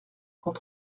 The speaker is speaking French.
quand